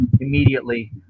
immediately